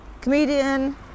comedian